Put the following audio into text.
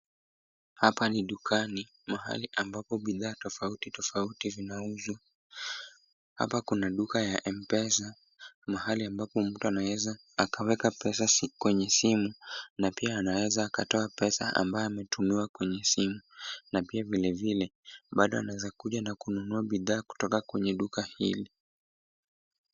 Hapa ni dukani, mahali ambapo bidhaa tofauti tofauti vinauzwa. Hapa kuna duka ya Mpesa, mahali ambapo mtu anaweza akaweka pesa kwenye simu na pia anaweza akatoa pesa ambayo ametumiwa kwenye simu. Na pia vile vile, bado anaeza kuja na kununua bidhaa kutoka kwenye duka hili.